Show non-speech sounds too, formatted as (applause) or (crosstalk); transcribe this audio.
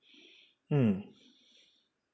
(breath) mm